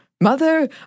Mother